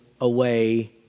away